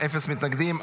אפס מתנגדים,